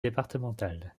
départementales